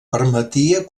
permetia